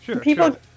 people